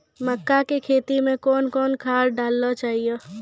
मक्का के खेती मे कौन कौन खाद डालने चाहिए?